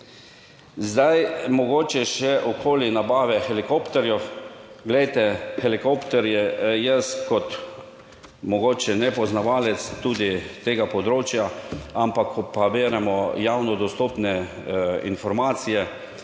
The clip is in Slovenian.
Zdaj, mogoče še okoli nabave helikopterjev, glejte, helikopter je, jaz kot mogoče nepoznavalec tudi tega področja, ampak ko pa beremo javno dostopne informacije,